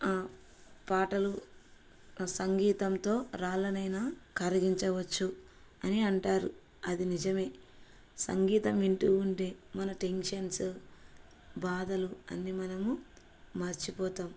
పాటలు సంగీతంతో రాళ్ళనైనా కరిగించవచ్చు అని అంటారు అది నిజమే సంగీతం వింటూ ఉంటే మన టెన్షన్స్ బాధలు అన్నీ మనము మర్చిపోతాం